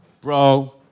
bro